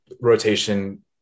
rotation